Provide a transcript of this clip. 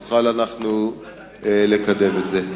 באמצעות הוועדה נוכל אנחנו לקדם את זה.